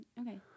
Okay